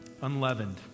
unleavened